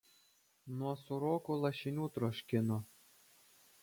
nuo sūrokų lašinių troškino